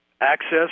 access